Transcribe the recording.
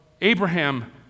Abraham